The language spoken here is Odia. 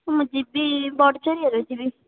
ମୁଁ ଯିବି ବଡ଼ଜରିଆରୁ ଯିବି